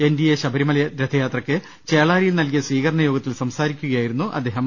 N D A Sabarimala രഥയാത്രക്ക് ചേളാരിയിൽ നൽകിയ സ്വീകരണയോഗത്തിൽ സംസാരി ക്കുകയായിരുന്നു അദ്ദേഹം